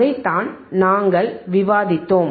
அதைத்தான் நாங்கள் விவாதித்தோம்